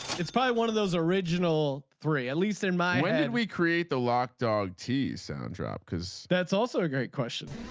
it's by one of those original three at least in my wind we create the lock dog t sound drop because that's also a great question.